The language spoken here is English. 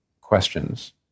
questions